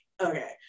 okay